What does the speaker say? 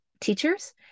teachers